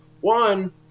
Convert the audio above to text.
One